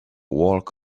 walk